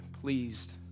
pleased